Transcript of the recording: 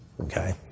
Okay